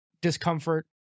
discomfort